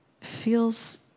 feels